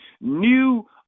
new